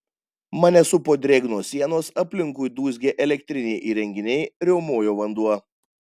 mane supo drėgnos sienos aplinkui dūzgė elektriniai įrenginiai riaumojo vanduo